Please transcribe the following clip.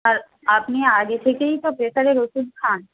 আর আপনি আগে থেকেই তো প্রেশারের ওষুধ খান